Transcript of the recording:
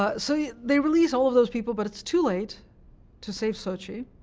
ah so they release all of those people. but it's too late to save sochi.